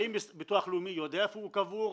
האם הביטוח הלאומי יודע איפה הוא קבור?